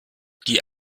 die